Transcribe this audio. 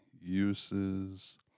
uses